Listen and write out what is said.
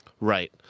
Right